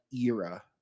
era